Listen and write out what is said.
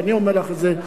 ואני אומר לך את זה,